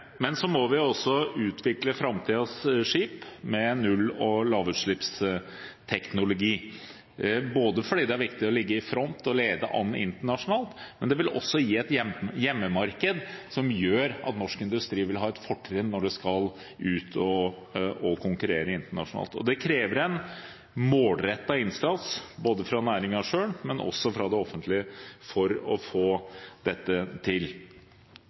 Men vi må også utvikle framtidens skip med null- og lavutslippsteknologi – både fordi det er viktig å ligge i front og lede an internasjonalt, og fordi det vil gi et hjemmemarked som gjør at norsk industri vil ha et fortrinn når den skal ut og konkurrere internasjonalt. Det krever en målrettet innsats fra både næringen selv og det offentlige for å få dette til.